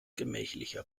gemächlicher